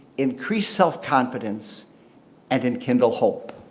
increase self-confidence and enkindle hope.